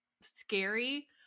scary